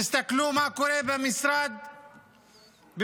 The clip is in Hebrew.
תסתכלו מה קורה גם במשרד התחבורה: